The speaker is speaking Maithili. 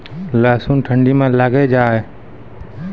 लहसुन ठंडी मे लगे जा?